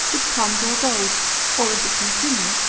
which comes or goes or if it continue,